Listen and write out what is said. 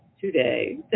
today